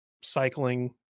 cycling